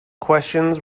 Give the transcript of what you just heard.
questions